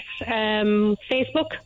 Facebook